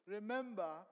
Remember